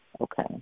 okay